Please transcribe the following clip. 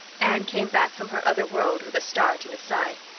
anne came back from her other world with a start and a sigh.